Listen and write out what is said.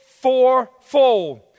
fourfold